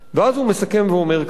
ואז הוא מסכם ואומר כך: